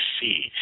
see